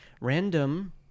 Random